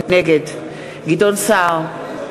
נגד גדעון סער,